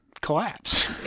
collapse